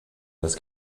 this